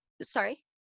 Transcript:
sorry